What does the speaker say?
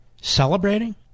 celebrating